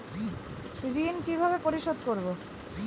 ঋণ কিভাবে পরিশোধ করব?